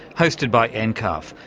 hosted by and nccarf,